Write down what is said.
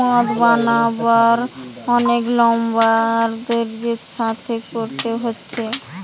মদ বানানার অনেক লম্বা আর ধৈর্য্যের সাথে কোরতে হচ্ছে